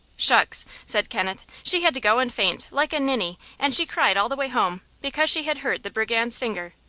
shucks! said kenneth. she had to go and faint, like a ninny, and she cried all the way home, because she had hurt the brigand's finger.